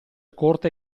corte